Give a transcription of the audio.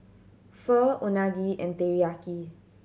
Pho Unagi and Teriyaki